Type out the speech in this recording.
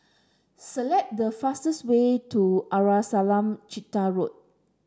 select the fastest way to Arnasalam Chetty Road